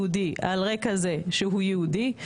יהודי על רקע זה שהוא יהודי,